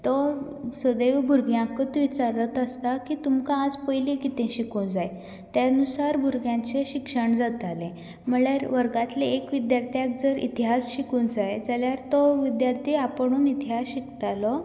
तो सदैव भुरग्यांकच विचारत आसता की तुमकां आज पयलीं कितें शिकूंक जाय तें नुसार भुरग्यांचें शिक्षण जातालें म्हणल्यार वर्गांतले एक विद्यार्थ्याक जर इतिहास शिकूंक जाय जाल्यार तो विद्यार्थी आपुणून इतिहास शिकतालो